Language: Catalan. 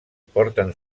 porten